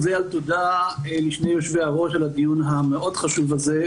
וזה תודה לשני יושבי הראש על הדיון המאוד החשוב הזה,